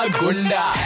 gunda